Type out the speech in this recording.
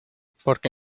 porque